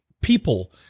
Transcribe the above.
people